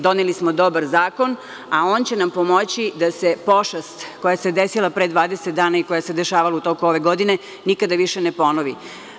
Doneli smo dobar zakon, a on će nam pomoći da se pošast koja se desila pre 20 dana i koja se dešavala u toku ove godine, nikada više ne ponovi.